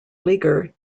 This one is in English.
leaguer